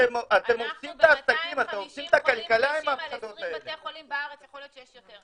אתם מכריזים על 3,000 מונשמים כבר חצי שנה.